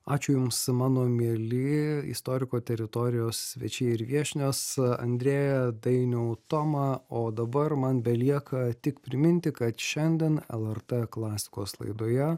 ačiū jums mano mieli istoriko teritorijos svečiai ir viešnios andreja dainiau toma o dabar man belieka tik priminti kad šiandien lrt klasikos laidoje